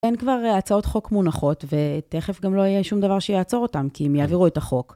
אין כבר הצעות חוק מונחות ותכף גם לא יהיה שום דבר שיעצור אותם כי הם יעבירו את החוק.